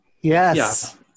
Yes